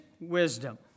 wisdom